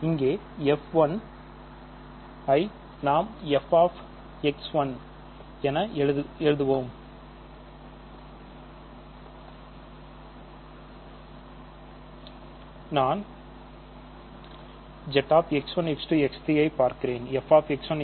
இங்கே ஐ நாம் f என எழுதுவேம் நான் Z ஐப் பார்க்கிறேன்